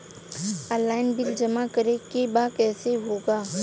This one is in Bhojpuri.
ऑनलाइन बिल जमा करे के बा कईसे होगा?